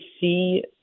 see